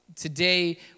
Today